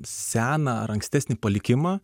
seną ar ankstesnį palikimą